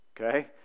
okay